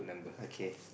okay